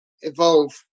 evolve